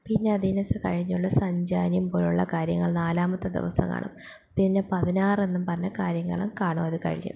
പിന്നെ അതിനുശേഷം കഴിഞ്ഞുള്ള സഞ്ചയനം പോലുള്ള കാര്യങ്ങൾ നാലാമത്തെ ദിവസം കാണും പിന്നെ പതിനാറെന്നും പറഞ്ഞ കാര്യങ്ങളും കാണും അത് കഴിഞ്ഞ്